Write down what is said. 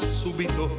subito